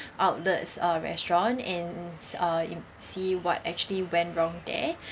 outlets uh restaurant in uh and see what actually went wrong there